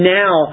now